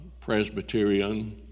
Presbyterian